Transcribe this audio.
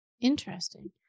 Interesting